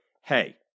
hey